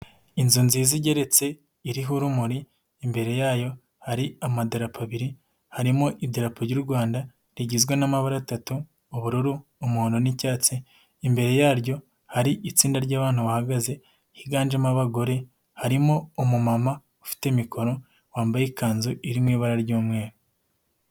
Inzu nziza igeretse iriho urumuri imbere yayo hari amadarapo abiri, harimo idarapo ry'u Rwanda rigizwe n'amabara atatu, ubururu, umuhondo n'icyatsi, imbere yaryo hari itsinda ry'abantu bahagaze higanjemo abagore harimo umumama ufite mikoro wambaye ikanzu iri mu ibara ry'umweru.